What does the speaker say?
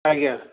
ଆଜ୍ଞା